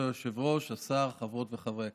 כבוד היושב-ראש, השר, חברות וחברי הכנסת,